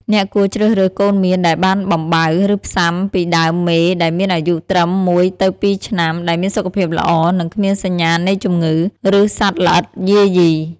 អ្នកគួរជ្រើសរើសកូនមៀនដែលបានបំបៅ ឬផ្សាំពីដើមមេដែលមានអាយុត្រឹម ១ ទៅ ២ ឆ្នាំ ដែលមានសុខភាពល្អ និងគ្មានសញ្ញានៃជំងឺ ឬសត្វល្អិតយាយី។